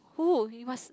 who you must